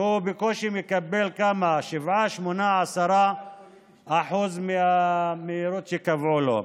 והוא בקושי מקבל 7%, 8%, 10% מהמהירות שקבעו לו.